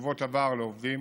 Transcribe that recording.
חובות עבר לעובדים,